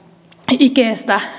ikeestä